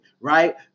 right